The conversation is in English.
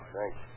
Thanks